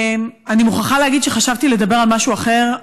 אני מוכרחה להגיד שחשבתי לדבר על משהו אחר,